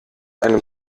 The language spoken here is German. einem